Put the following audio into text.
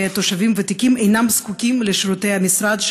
ותושבים ותיקים אינם זקוקים לשירותי המשרד,